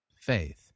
faith